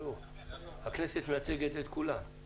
הכנסת מייצגת את כולם,